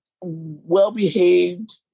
Well-behaved